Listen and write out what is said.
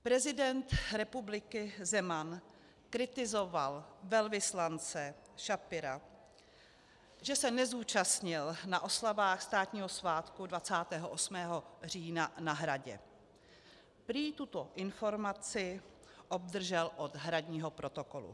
Prezident republiky Zeman kritizoval velvyslance Schapira, že se nezúčastnil na oslavách státního svátku 28. října na Hradě, prý tuto informaci obdržel od hradního protokolu.